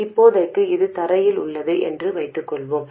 இப்போதைக்கு அது தரையில் உள்ளது என்று வைத்துக்கொள்வோம்